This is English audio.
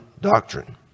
doctrine